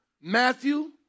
Matthew